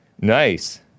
Nice